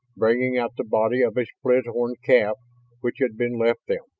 bringing out the body of a split-horn calf which had been left them.